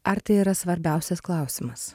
ar tai yra svarbiausias klausimas